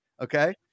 Okay